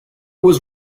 was